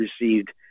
received